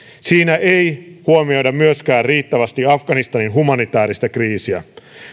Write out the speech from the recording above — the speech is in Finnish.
siinä ei huomioida riittävästi myöskään afganistanin humanitääristä kriisiä